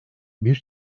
bir